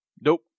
Nope